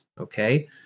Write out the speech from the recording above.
Okay